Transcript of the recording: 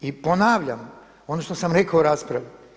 I ponavljam, ono što sam rekao u raspravi.